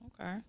Okay